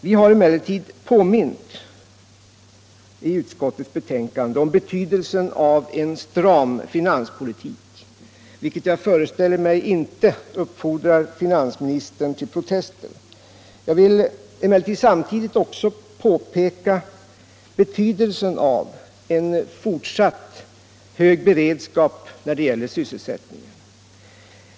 Vi har emellertid i utskottets betänkande påmint om betydelsen av en stram finanspolitik, vilket jag föreställer mig inte uppfordrar finansministern till protester. Jag vill emellertid samtidigt understryka behovet av en fortsatt hög beredskap när det gäller sysselsättningen.